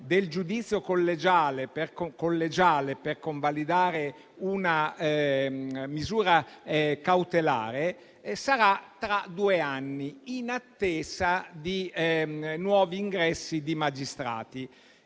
del giudizio collegiale per convalidare una misura cautelare sarà tra due anni, in attesa di nuovi ingressi di magistrati.